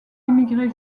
immigré